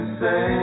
say